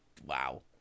Wow